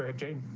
ah jane